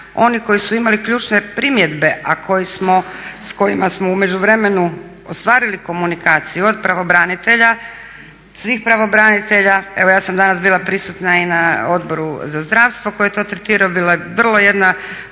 onih koji su imali ključne primjedbe a s kojima smo u međuvremenu ostvarili komunikaciju, od svih pravobranitelja, evo ja sam danas bila prisutna i na Odboru za zdravstvo koji je to tretirao i bila je vrlo jedna